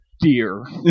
Dear